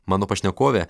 mano pašnekovė